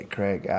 Craig